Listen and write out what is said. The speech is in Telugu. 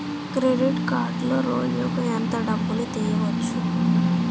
క్రెడిట్ కార్డులో రోజుకు ఎంత డబ్బులు తీయవచ్చు?